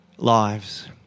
Lives